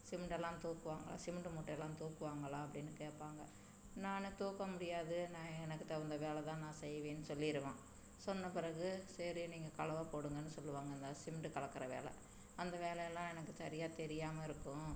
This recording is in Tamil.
சிமெண்ட்டெல்லாம் தூக்குவாங்களா சிமெண்ட்டு மூட்டையெல்லாம் தூக்குவாங்களா அப்படின்னு கேட்பாங்க நான் தூக்க முடியாது நான் எனக்கு தகுந்த வேலை தான் நான் செய்வேன்னு சொல்லிருவேன் சொன்ன பிறகு சரி நீங்கள் கலவை போடுங்கன்னு சொல்லுவாங்கள் அந்த சிமெண்ட்டு கலக்கிற வேலை அந்த வேலைலாம் எனக்கு சரியா தெரியாமல் இருக்கும்